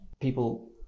people